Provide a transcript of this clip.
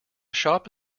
shop